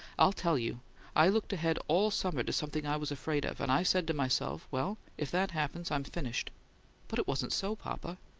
i'll tell you i looked ahead all summer to something i was afraid of, and i said to myself, well, if that happens, i'm finished but it wasn't so, papa.